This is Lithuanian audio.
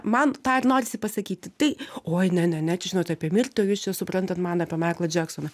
man tą ir norisi pasakyti tai oj ne ne ne čia žinot apie mirtį o jūs jau suprantat man apie maiklą džeksoną